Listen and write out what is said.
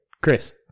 Chris